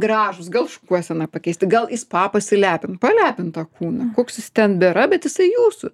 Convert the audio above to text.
gražūs gal šukuoseną pakeisti gal į spa pasilepin palepint kūną koks jis ten bėra bet jisai jūsų